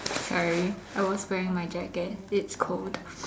sorry I was wearing my jacket it's cold